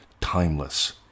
timeless